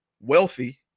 wealthy